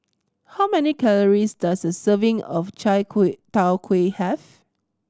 how many calories does a serving of chai kway tow kway have